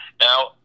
Now